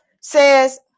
says